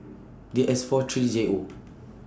D S four three J O